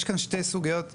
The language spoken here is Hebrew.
יש כאן שני סוגיות נפרדות,